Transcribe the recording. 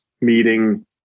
meeting